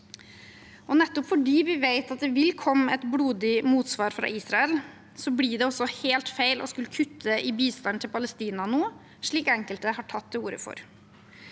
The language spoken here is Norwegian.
Nettopp fordi vi vet at det vil komme et blodig motsvar fra Israel, blir det også helt feil å skulle kutte i bistanden til Palestina nå, slik enkelte har tatt til orde for.